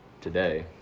today